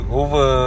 over